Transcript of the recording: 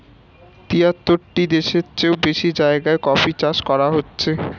তিয়াত্তরটি দেশের চেও বেশি জায়গায় কফি চাষ করা হচ্ছে